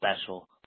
special